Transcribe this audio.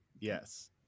Yes